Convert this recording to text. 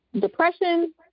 Depression